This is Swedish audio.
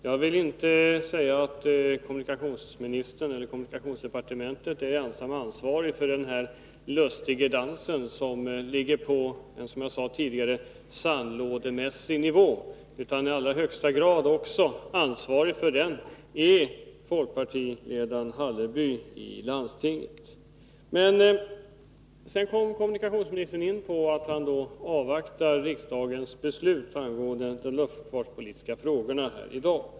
Jag vill inte säga att kommunikationsdepartementet är ensamt ansvarigt för en sådan ”lustiger dans”, som ligger på en sandlådemässig nivå. Ansvarig för den är också i allra högsta grad folkpartiledaren i landstinget, Nils Hallerby. Sedan kom kommunikationsministern in på att han avvaktar riksdagens beslut i dag angående de luftfartspolitiska frågorna.